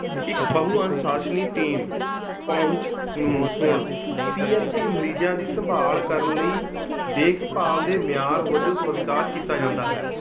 ਇੱਕ ਬਹੁ ਅਨੁਸ਼ਾਸਨੀ ਟੀਮ ਪਹੁੰਚ ਨੂੰ ਹੁਣ ਸੀ ਐੱਲ ਪੀ ਮਰੀਜ਼ਾਂ ਦੀ ਸੰਭਾਲ ਕਰਨ ਲਈ ਦੇਖਭਾਲ ਦੇ ਮਿਆਰ ਵਜੋਂ ਸਵੀਕਾਰ ਕੀਤਾ ਜਾਂਦਾ ਹੈ